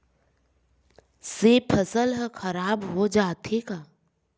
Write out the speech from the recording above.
से फसल ह खराब हो जाथे का?